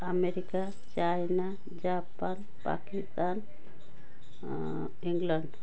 America China Japan Pakistan England